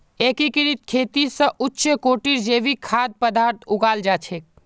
एकीकृत खेती स उच्च कोटिर जैविक खाद्य पद्दार्थ उगाल जा छेक